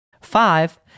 Five